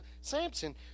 Samson